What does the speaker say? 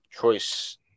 choice